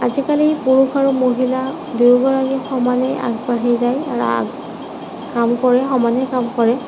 আজিকালি পুৰুষ আৰু মহিলা দুয়ো সমানে আগবাঢ়ি যায় কাম কৰে সমানেই কাম কৰে